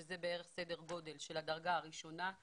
שזה סדר הגודל של הדרגה הראשונה,